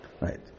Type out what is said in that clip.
Right